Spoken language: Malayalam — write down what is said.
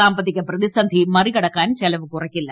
സാമ്പത്തിക പ്രതിസന്ധി മറികട ക്കാൻ ചെലവ് കുറയ്ക്കില്ല